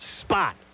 spot